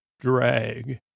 drag